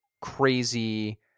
crazy